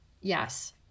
Yes